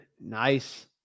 nice